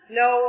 no